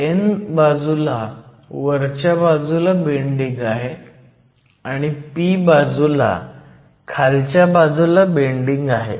n बाजूला वरच्या बाजूला बेंडिंग आहे आणि p बाजूला खालच्या बाजूला बेंडिंग आहे